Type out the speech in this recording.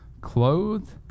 clothed